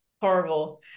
Horrible